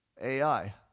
AI